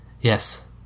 Yes